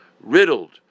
riddled